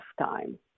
time